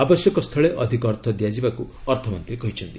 ଆବଶ୍ୟକସ୍ଥଳେ ଅଧିକ ଅର୍ଥ ଦିଆଯିବାକୁ ଅର୍ଥମନ୍ତ୍ରୀ କହିଛନ୍ତି